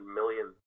million